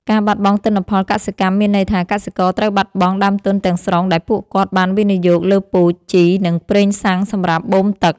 ការបាត់បង់ទិន្នផលកសិកម្មមានន័យថា កសិករត្រូវបាត់បង់ដើមទុនទាំងស្រុងដែលពួកគាត់បានវិនិយោគលើពូជ ជី និងប្រេងសាំងសម្រាប់បូមទឹក។